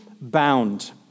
bound